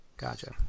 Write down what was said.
Gotcha